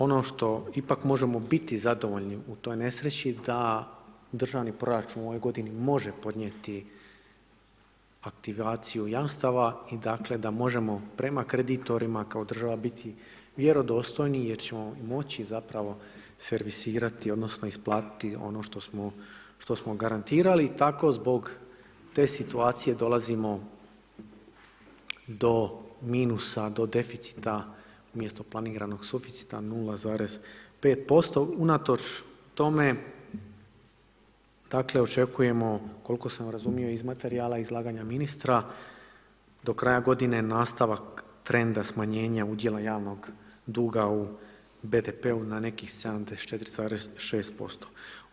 Ono što ipak možemo biti zadovoljni u toj nesreći, da državni proračun u ovoj g. može podnijeti aktivaciju jamstava i da možemo prema kreditorima kao država biti vjerodostojni jer ćemo moći zapravo servisirati odnosno, isplatiti ono što smo garantirali i tako zbog te situacije dolazimo do minusa, do deficita, umjesto planiranog suficita 0,5% unatoč tome dakle očekujemo koliko sam razumio iz materijala iz izlaganja ministra, do kraja godine nastavak trenda smanjenja udjela javnog duga u BDP-u na nekih 74,6%